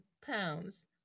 pounds